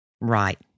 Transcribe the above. Right